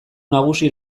nagusi